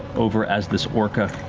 over as this orca,